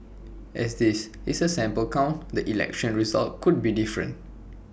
as this is A sample count the election result could be different